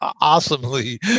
awesomely